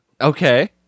Okay